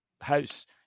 house